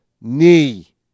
Knee